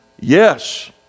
Yes